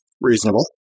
Reasonable